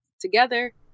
together